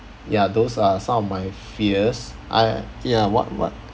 ya those are some of my fears I ya what what